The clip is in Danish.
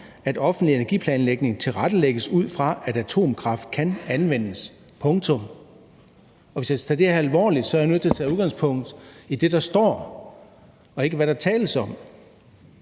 at offentlig energiplanlægning tilrettelægges ud fra, at atomkraft kan anvendes – punktum. Og hvis jeg skal tage det her alvorligt, er jeg nødt til at tage udgangspunkt i det, der står, og ikke, hvad der tales om.